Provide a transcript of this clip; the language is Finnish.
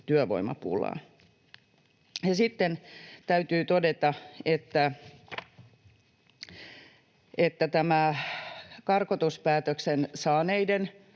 työvoimapulaan. Sitten täytyy todeta, että tämä karkotuspäätöksen saaneiden